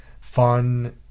fun